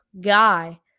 guy